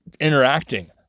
interacting